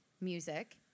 music